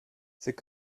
c’est